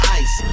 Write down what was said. ice